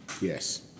Yes